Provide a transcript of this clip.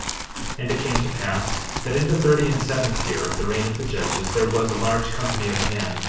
and it came to pass that in the thirty and seventh year of the reign of the judges, there was a large company of men,